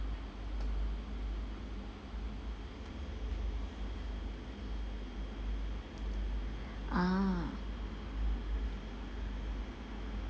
ah